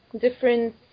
different